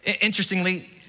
Interestingly